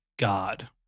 God